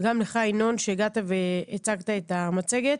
וגם לך ינון שהגעת והצגת את המצגת.